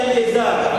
היה נהדר,